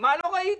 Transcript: מה לא ראית?